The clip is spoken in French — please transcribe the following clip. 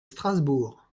strasbourg